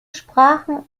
sprachen